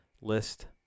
list